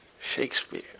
Shakespeare